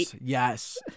Yes